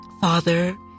Father